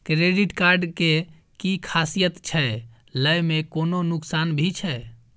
Credit card के कि खासियत छै, लय में कोनो नुकसान भी छै?